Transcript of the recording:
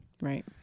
right